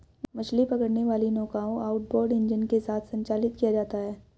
मछली पकड़ने वाली नौकाओं आउटबोर्ड इंजन के साथ संचालित किया जाता है